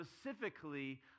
specifically